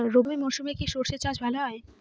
রবি মরশুমে কি সর্ষে চাষ ভালো হয়?